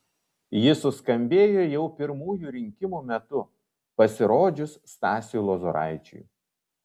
ji suskambėjo jau pirmųjų rinkimų metu pasirodžius stasiui lozoraičiui